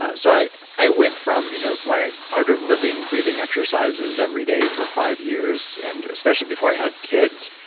ah so i i went from you know my art of living, breathing, exercises every day for five years. and especially before i had kids,